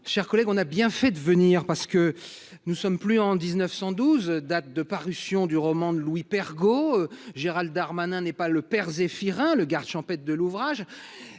part, nous avons bien fait de venir… Nous ne sommes plus en 1912, date de parution du roman de Louis Pergaud, et Gérald Darmanin n’est pas le père Zéphirin, le garde champêtre de cet ouvrage.